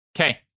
Okay